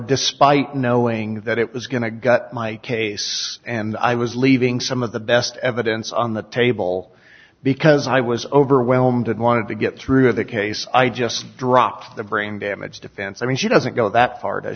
despite knowing that it was going to gut my case and i was leaving some of the best evidence on the table because i was overwhelmed and wanted to get through the case i just dropped the braindamage defense i mean she doesn't go that far